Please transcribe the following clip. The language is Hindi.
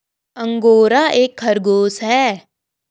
अंगोरा एक खरगोश है